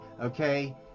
okay